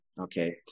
Okay